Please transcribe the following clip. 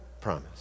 promise